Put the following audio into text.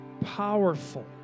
powerful